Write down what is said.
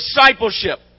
discipleship